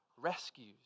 rescues